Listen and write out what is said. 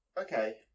Okay